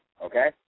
Okay